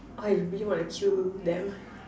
I really wanna kill them